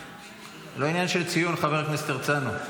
זה לא עניין של ציון, חבר כנסת הרצנו.